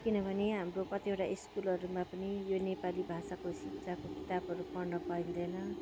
किनभने हाम्रो कतिवटा स्कुलहरूमा पनि यो नेपाली भाषाको शिक्षाको किताबहरू पढ्न पाइँदैन